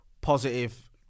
positive